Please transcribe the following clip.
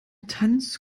tanz